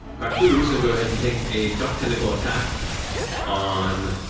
quackthulhu's going to go ahead and take a duck tentacle attack on.